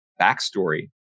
backstory